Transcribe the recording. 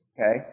okay